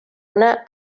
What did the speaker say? una